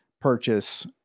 purchase